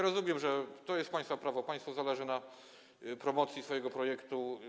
Rozumiem, że to jest państwa prawo, państwu zależy na promocji swojego projektu.